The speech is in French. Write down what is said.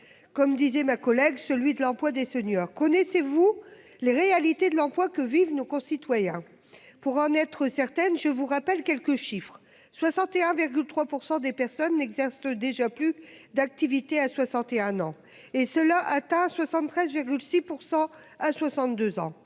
Comme disait ma collègue, celui de l'emploi des seniors. Connaissez-vous les réalités de l'emploi que vivent nos concitoyens pour en être certaine. Je vous rappelle quelques chiffres, 61,3 pour des personnes n'existe déjà plus d'activité à 61 ans et cela atteint 73. J'ai